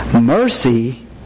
Mercy